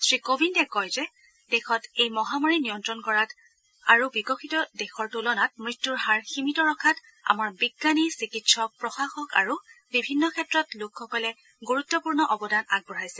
শ্ৰীকোবিন্দে কয় যে দেশত এই মহামাৰী নিয়ন্ত্ৰণ কৰাত আৰু বিকশিত দেশৰ তূলনাত মৃত্যুৰ হাৰ সীমিত ৰখাত আমাৰ বিজ্ঞানী চিকিৎসক প্ৰশাসক আৰু বিভিন্ন ক্ষেত্ৰত লোকসকলে গুৰুত্পূৰ্ণ অৱদান আগবঢ়াইছে